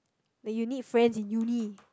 like you need friends in Uni